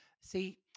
See